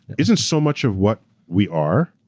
isn't so much of what we are,